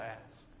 ask